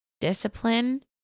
discipline